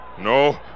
No